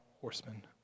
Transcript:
horsemen